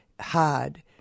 hard